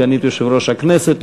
סגנית יושב-ראש הכנסת,